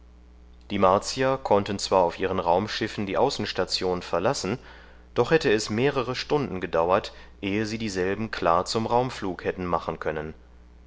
die martier konnten zwar auf ihren raumschiffen die außenstation verlassen doch hätte es mehrere stunden gedauert ehe sie dieselben klar zum raumflug hätten machen können